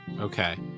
Okay